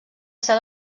ser